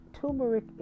turmeric